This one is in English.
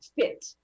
fit